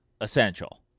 essential